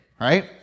right